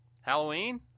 Halloween